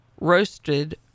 roasted